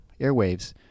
airwaves